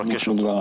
נבקש אותו.